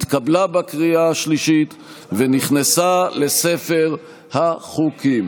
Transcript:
התקבלה בקריאה השלישית ונכנסה לספר החוקים.